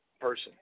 person